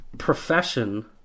profession